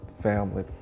family